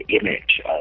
image